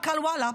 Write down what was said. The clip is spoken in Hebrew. מנכ"ל וואלה,